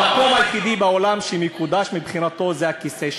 המקום היחידי בעולם שמקודש לו הוא הכיסא שלו.